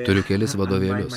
turiu kelis vadovėlius